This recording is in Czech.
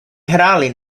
hráli